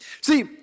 See